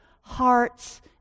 hearts